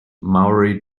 maury